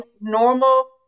normal